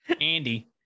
Andy